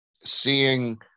seeing